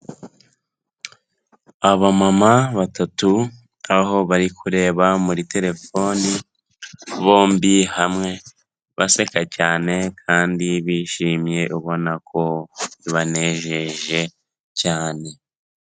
Abamama batatu aho bari kureba muri terefone bombi hamwe baseka cyane kandi bishimye ubona ko bibanejeje cyane.